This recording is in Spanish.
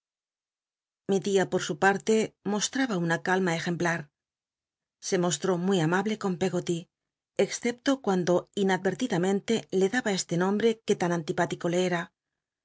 mi tia por su parle mostraba una calma ejemplar se moslró muy amable con peggoty excepto cuando inadrertidamente le daba este nombre que lan antipático le era